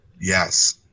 Yes